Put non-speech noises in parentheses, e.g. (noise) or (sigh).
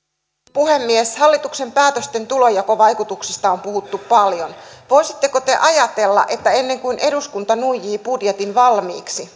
puhemies hallituksen päätösten tulonjakovaikutuksista on puhuttu paljon voisitteko te ajatella että ennen kuin eduskunta nuijii budjetin valmiiksi (unintelligible)